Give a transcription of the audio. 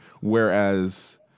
whereas